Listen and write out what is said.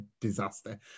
disaster